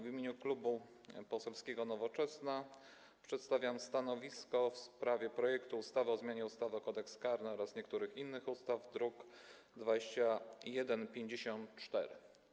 W imieniu Klubu Poselskiego Nowoczesna przedstawiam stanowisko w sprawie projektu ustawy o zmianie ustawy Kodeks karny oraz niektórych innych ustaw, druk nr 2154.